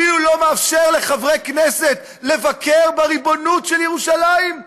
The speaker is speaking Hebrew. אפילו לא מאפשר לחברי כנסת לבקר בריבונות של ירושלים,